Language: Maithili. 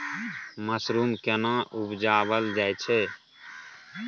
मसरूम केना उबजाबल जाय छै?